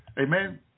Amen